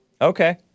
Okay